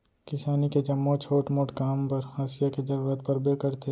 किसानी के जम्मो छोट मोट काम बर हँसिया के जरूरत परबे करथे